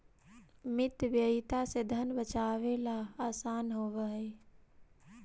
मितव्ययिता से धन बचावेला असान होवऽ हई